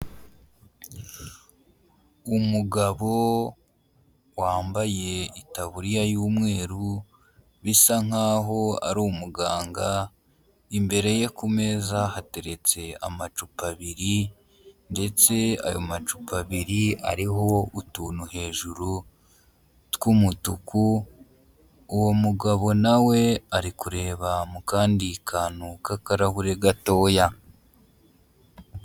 Umugabo wambaye itaburiya y'umweru bisa nk'aho ari umuganga, imbere ye ku meza hateretse amacupa abiri ndetse ayo macupa abiri ariho utuntu hejuru tw'umutuku, uwo mugabo na we ari kureba mu kandi kantu k'akarahure gatoya.